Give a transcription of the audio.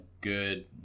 good